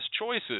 choices